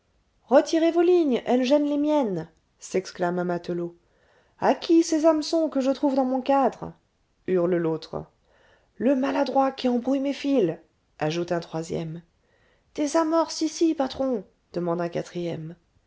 retirez vos lignes elles gênent les miennes s'exclame un matelot a qui ces hameçons que je trouve dans mon cadre hurle l'autre le maladroit qui embrouille mes fils ajoute un troisième des amorces ici patron demande un quatrième